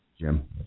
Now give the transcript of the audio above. Jim